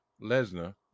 Lesnar